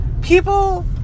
people